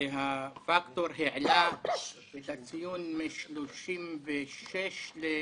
והפקטור העלה את הציון מ-36 ל-60,